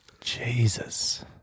Jesus